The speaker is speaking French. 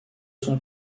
son